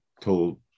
told